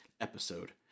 episode